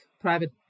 private